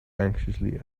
anxiously